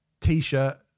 T-shirt